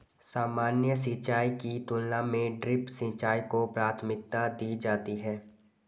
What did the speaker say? सामान्य सिंचाई की तुलना में ड्रिप सिंचाई को प्राथमिकता दी जाती है